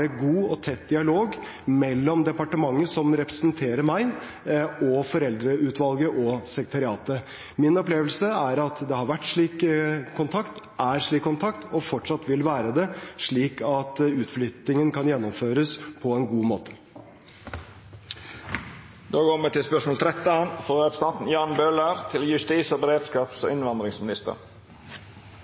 god og tett dialog mellom departementet, som representerer meg, og foreldreutvalgene og sekretariatet. Min opplevelse er at det har vært slik kontakt, er slik kontakt og fortsatt vil være det, slik at utflyttingen kan gjennomføres på en god måte. Då går me til spørsmål 13. Jeg vil gjerne stille følgende spørsmål til justis-, beredskaps- og innvandringsministeren: